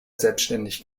selbständig